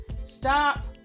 stop